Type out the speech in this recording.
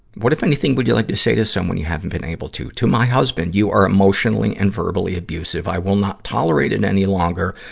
what, if anything, would you like to say to someone you haven't been able to? to? to my husband, you are emotionally and verbally abusive. i will not tolerate it any longer,